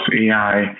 AI